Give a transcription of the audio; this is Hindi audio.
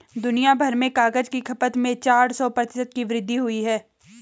दुनियाभर में कागज की खपत में चार सौ प्रतिशत की वृद्धि हुई है